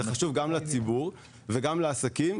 גם לציבור וגם לעסקים,